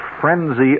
frenzy